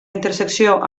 intersecció